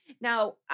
now